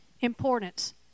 importance